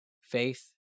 faith